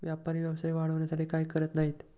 व्यापारी व्यवसाय वाढवण्यासाठी काय काय करत नाहीत